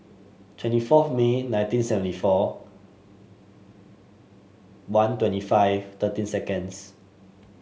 twenty fourth May nineteen seventy four one twenty five thirteen seconds